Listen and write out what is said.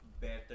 better